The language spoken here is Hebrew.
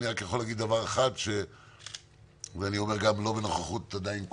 אני רק יכול להגיד ואני אומר גם לא בנוכחות כל